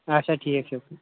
اچھا ٹھیٖک چھُ